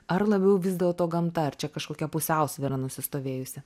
ar labiau vis dėlto gamta ar čia kažkokia pusiausvyra nusistovėjusi